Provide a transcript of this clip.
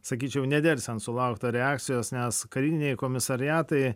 sakyčiau nedelsiant sulaukta reakcijos nes kariniai komisariatai